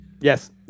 Yes